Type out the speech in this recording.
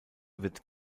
wird